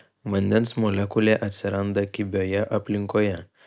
vandens molekulė atsiranda kibioje aplinkoje